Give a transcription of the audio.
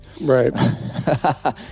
right